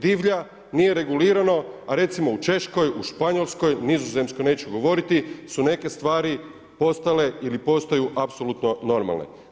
Divlja, nije regulirano, a recimo u Češkoj, u Španjolskoj, Nizozemsku neću govoriti, su neke stvari postale ili postaju apsolutno normalne.